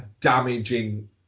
damaging